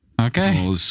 Okay